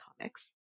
comics